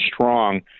strong